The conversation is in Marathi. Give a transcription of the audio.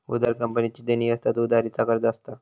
उधार कंपनीची देणी असतत, उधारी चा कर्ज असता